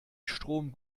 strom